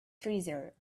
treasure